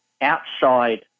outside